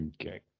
Okay